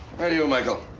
right-eo, michael.